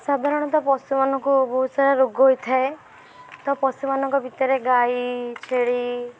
ସାଧାରଣତଃ ପଶୁମାନଙ୍କୁ ବହୁତ ସାରା ରୋଗ ହୋଇଥାଏ ତ ପଶୁମାନଙ୍କ ଭିତରେ ଗାଈ ଛେଳି